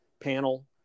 panel